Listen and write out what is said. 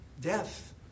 death